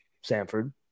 Sanford